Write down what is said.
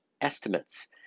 estimates